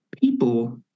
people